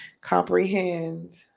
comprehend